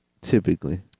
typically